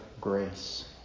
grace